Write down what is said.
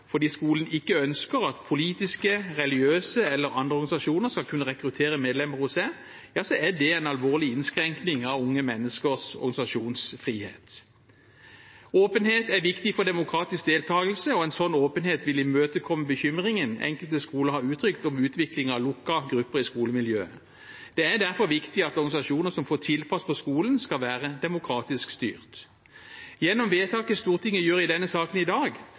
fordi skolen ikke ønsker at politiske, religiøse eller andre organisasjoner skal kunne rekruttere medlemmer hos seg, er det en alvorlig innskrenkning av unge menneskers organisasjonsfrihet. Åpenhet er viktig for demokratisk deltakelse, og en slik åpenhet vil imøtekomme bekymringen enkelte skoler har uttrykt for utvikling av lukkede grupper i skolemiljøet. Det er derfor viktig at organisasjoner som får innpass på skolen, skal være demokratisk styrt. Gjennom vedtaket Stortinget gjør i denne saken i dag,